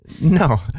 No